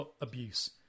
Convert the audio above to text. abuse